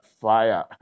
fire